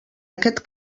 aquest